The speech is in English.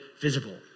visible